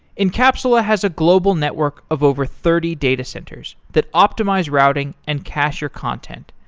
encapsula has a global network of over thirty data centers that optimize routing and cacher content.